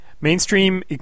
Mainstream